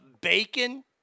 bacon